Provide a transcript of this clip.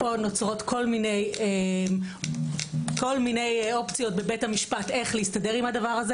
נוצרות כל מיני אופציות בבית המשפט איך להסתדר עם זה.